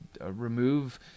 remove